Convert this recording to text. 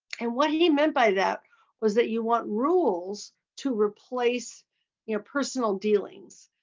and what he meant by that was that you want rules to replace you know personal dealings.